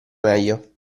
meglio